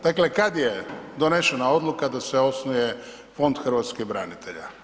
Dakle, kad je donešena odluka da se osnuje Fond hrvatskih branitelja?